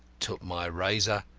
took my razor,